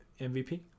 mvp